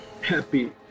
happy